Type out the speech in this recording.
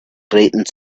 grating